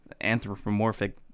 anthropomorphic